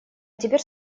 теперь